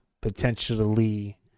potentially